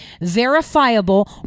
verifiable